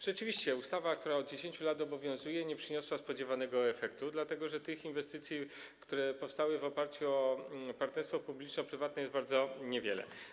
Rzeczywiście ustawa, która od 10 lat obowiązuje, nie przyniosła spodziewanego efektu, dlatego że tych inwestycji, które powstały w oparciu o partnerstwo publiczno-prywatne, jest bardzo niewiele.